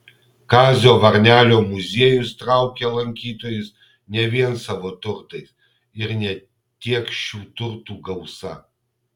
kazio varnelio muziejus traukia lankytojus ne vien savo turtais ir ne tiek šių turtų gausa